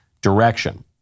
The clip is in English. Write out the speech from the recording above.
direction